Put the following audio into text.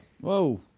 Whoa